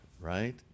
right